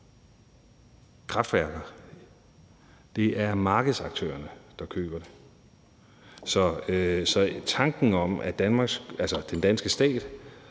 kraftværker. Det er markedsaktørerne, der køber. Så tanken om, at den danske stat